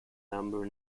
number